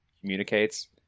communicates